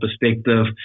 perspective